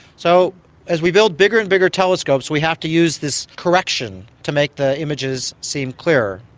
so as we build bigger and bigger telescopes we have to use this correction to make the images seem clearer.